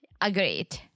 Agreed